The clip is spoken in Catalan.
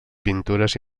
pintures